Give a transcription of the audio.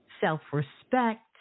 self-respect